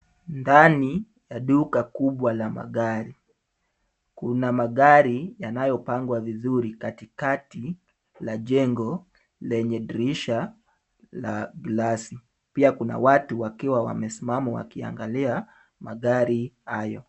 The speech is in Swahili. Ndani ya duka kubwa la magari kuna magari yanayopangwa vizuri katikati la jengo lenye dirisha la glasi, pia kuna watu wakiwa wamesimama wakiangalia magari hayo.